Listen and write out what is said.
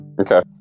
Okay